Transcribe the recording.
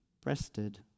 breasted